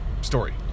story